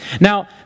Now